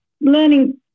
learning